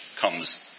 comes